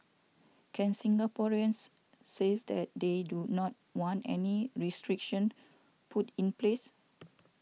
can Singaporeans says that they do not want any restriction put in place